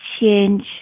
change